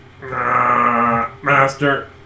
Master